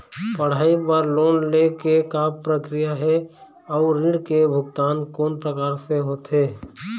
पढ़ई बर लोन ले के का प्रक्रिया हे, अउ ऋण के भुगतान कोन प्रकार से होथे?